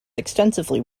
extensively